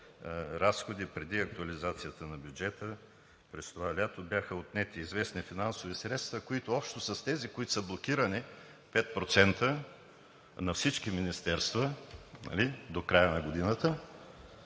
разходи преди актуализацията на бюджета през това лято бяха отнети известни финансови средства, които общо с тези, които са блокирани – 5%, на всички министерства до края на годината,